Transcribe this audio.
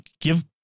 give